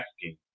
asking